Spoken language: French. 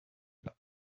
bas